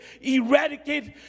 eradicate